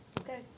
Okay